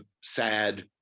sad